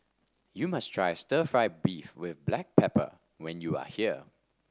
you must try stir fry beef with Black Pepper when you are here